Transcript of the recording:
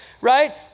right